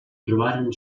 trobaren